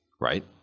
right